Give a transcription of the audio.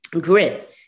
grit